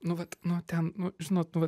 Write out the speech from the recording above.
nu vat nu ten nu žinot nu va